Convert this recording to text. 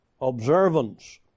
observance